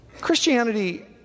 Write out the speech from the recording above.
Christianity